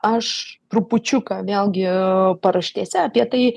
aš trupučiuką vėlgi paraštėse apie tai